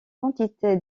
quantité